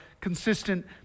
consistent